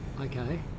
okay